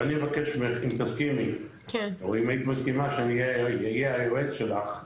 ואני מבקש ממך אם תסכימי או אם היית מסכימה שאני אהיה היועץ שלך,